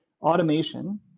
automation